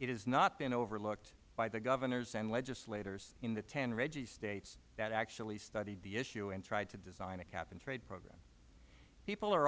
it has not been overlooked by the governors and legislators in the ten rggi states that actually studied the issue and tried to design a cap and trade program people are